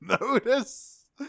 notice